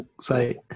site